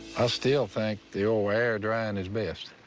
still think the old air-drying is best.